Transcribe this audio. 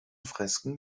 fresken